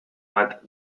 bat